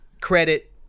credit